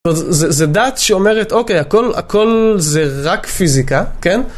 זv דת שאומרת, אוקיי, הכל זה רק פיזיקה, כן?